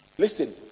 listen